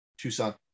tucson